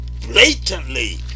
blatantly